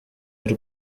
y’u